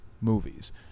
movies